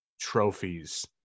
trophies